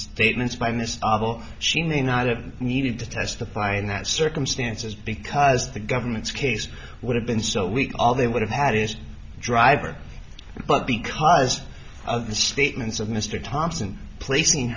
statements by miss obl she may not have needed to testify in that circumstances because the government's case would have been so weak all they would have had is driver but because of the statements of mr thompson placing